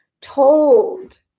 told